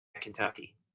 Kentucky